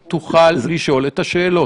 מתבצעת בשני היבטים: